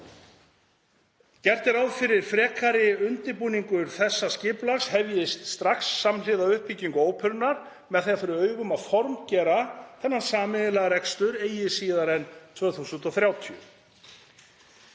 Gert er ráð fyrir að frekari undirbúningur þessa skipulags hefjist strax samhliða uppbyggingu óperunnar með það fyrir augum að formgera þennan sameiginlega rekstur eigi síðar en 2030.